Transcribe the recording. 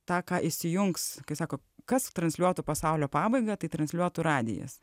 tą ką įsijungs kai sako kas transliuotų pasaulio pabaigą tai transliuotų radijas